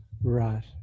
Right